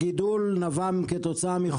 הגידול היה כתוצאה מחוק גליל.